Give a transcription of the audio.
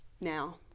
Now